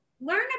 learn